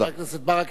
חבר הכנסת ברכה,